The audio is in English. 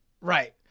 Right